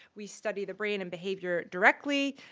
we study the brain and behavior directly,